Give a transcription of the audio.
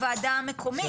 הוועדה המקומית.